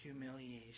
humiliation